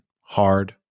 hard